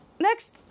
next